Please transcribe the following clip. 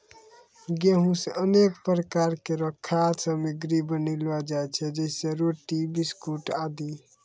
गेंहू सें अनेक प्रकार केरो खाद्य सामग्री बनैलो जाय छै जैसें रोटी, बिस्कुट आदि